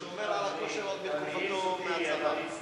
הוא שומר על הכושר עוד מתקופתו, מהצבא.